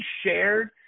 shared